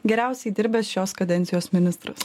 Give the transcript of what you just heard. geriausiai dirbęs šios kadencijos ministras